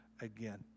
again